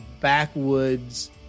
backwoods